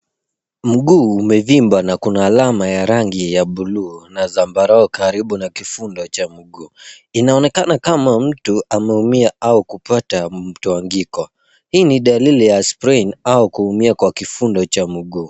Mguu umevimba na kuna alama ya rangi ya bluu na zambarau karibu na kifundo cha mguu. Inaonekana kama mtu ameumia au kupata mtwangiko. Hii ni dalili ya sprain au kuumia kwa kifundo cha mguu.